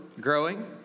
growing